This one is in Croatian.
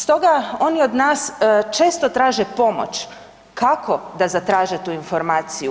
Stoga oni od nas često traže pomoć, kako da zatraže tu informaciju.